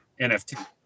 NFT